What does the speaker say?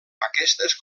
aquestes